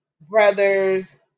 brothers